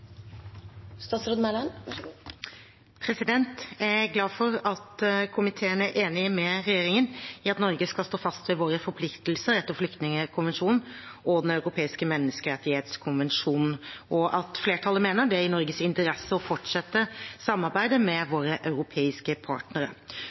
glad for at komiteen er enig med regjeringen i at Norge skal stå fast ved våre forpliktelser etter flyktningkonvensjonen og den europeiske menneskerettighetskonvensjonen, og at flertallet mener det er i Norges interesse å fortsette samarbeidet med